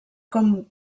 com